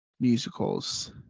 Musicals